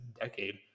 decade